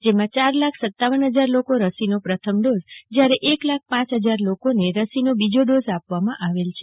જેમાં ચાર લાખ સતાવન હજાર લોકો રસીનો પ્રથમ ડોઝ જયારે એક લાખ પાંચ હજાર લોકોને રસીનો બીજો ડોઝ આપવામાં આવેલ છે